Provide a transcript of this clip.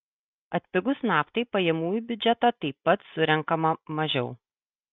atpigus naftai pajamų į biudžetą taip pat surenkama mažiau